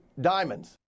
diamonds